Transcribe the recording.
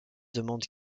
demande